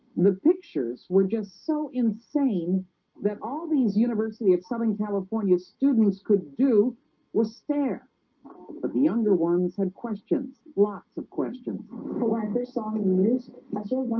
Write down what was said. the pictures were just so insane that all these university of southern california students could do was stare but the younger ones had questions lots of questions for either song news.